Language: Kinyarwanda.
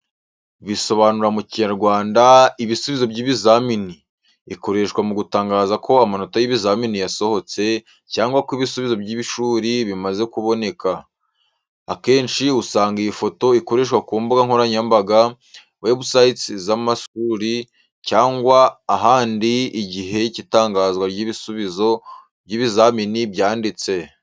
Bisobanura mu Kinyarwanda "Ibisubizo by'ibizamini. Ikoreshwa mu gutangaza ko amanota y’ibizamini yasohotse, cyangwa ko ibisubizo by’ishuri bimaze kuboneka. Akenshi usanga iyi foto ikoreshwa ku mbuga nkoranyambaga, websites z’amashuri, cyangwa ahandi igihe cy’itangazwa ry’ibisubizo by’ibizamini byanditse.